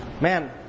Man